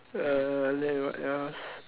uh then what else